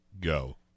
Go